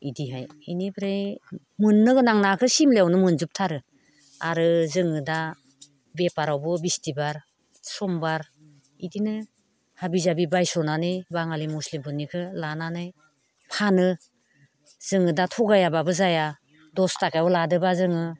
बिदिहाय बेनिफ्राय मोननो गोनां नाखौ सिमलायावनो मोनजोबथारो आरो जोङो दा बेफारावबो बिस्थिबार समबार बिदिनो हाबि जाबि बायस'नानै बाङालि मुस्लिमफोरनिखौ लानानै फानो जोङो दा थगायाबाबो जाया दस थाखायाव लादोंबा जोङो